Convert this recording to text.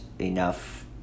enough